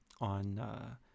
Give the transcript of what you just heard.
on